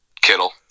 Kittle